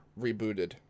rebooted